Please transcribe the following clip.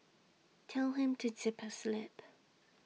tell him to zip his lip